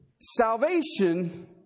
Salvation